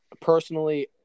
personally